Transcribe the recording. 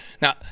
Now